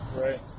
Right